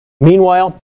Meanwhile